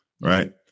right